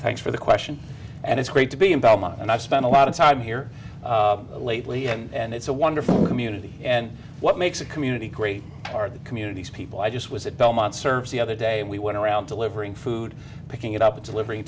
thanks for the question and it's great to be in belmont and i've spent a lot of time here lately and it's a wonderful community and what makes a community great are the communities people i just was at belmont service the other day we went around delivering food picking it up deliver